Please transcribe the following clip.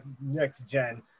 next-gen